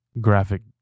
graphic